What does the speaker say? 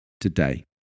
today